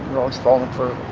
always falling for.